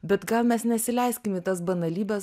bet gal mes nesileiskim į tas banalybes